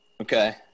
Okay